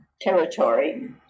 territory